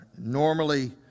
normally